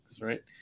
right